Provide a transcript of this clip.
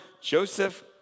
Joseph